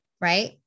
right